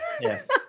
Yes